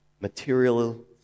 material